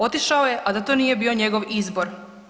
Otišao je a da to nije bio njegov izbor.